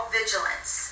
vigilance